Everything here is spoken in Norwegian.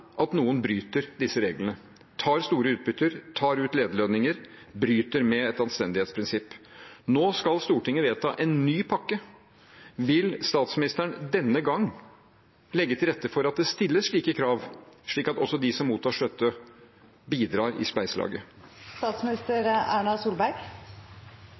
at noen bryter disse reglene – tar store utbytter, tar ut lederlønninger, bryter med et anstendighetsprinsipp. Nå skal Stortinget vedta en ny pakke. Vil statsministeren denne gang legge til rette for at det stilles slike krav, slik at også de som mottar støtte, bidrar i